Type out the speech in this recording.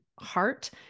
heart